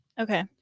Okay